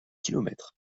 kilomètres